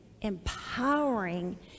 empowering